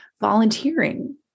volunteering